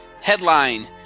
headline